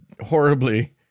horribly